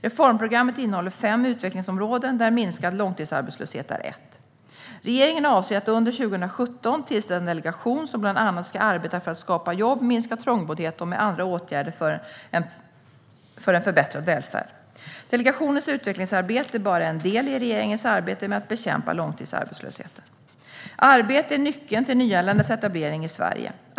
Reformprogrammet innehåller fem utvecklingsområden, där minskad långtidsarbetslöshet är ett. Regeringen avser att under 2017 tillsätta en delegation som bland annat ska arbeta för att skapa jobb, minska trångboddhet och med andra åtgärder för en förbättrad välfärd. Delegationens utvecklingsarbete är bara en del i regeringens arbete med att bekämpa långtidsarbetslösheten. Arbete är nyckeln till nyanländas etablering i Sverige.